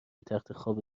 تختخواب